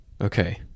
okay